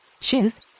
Shoes